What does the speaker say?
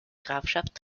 grafschaft